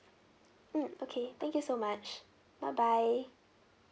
mm okay thank you so much bye bye